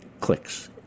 clicks